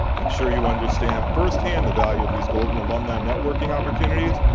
i'm sure you understand firsthand the value of these golden alumni networking opportunities.